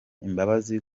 imbabazi